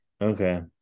okay